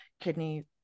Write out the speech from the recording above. kidney